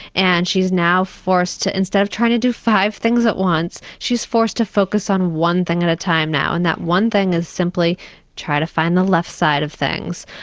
and she's now forced instead of trying to do five things at once, she's forced to focus on one thing at a time now and that one thing is simply try to find the left side of things.